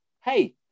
hey